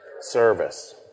Service